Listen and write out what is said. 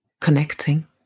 connecting